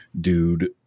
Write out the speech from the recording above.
dude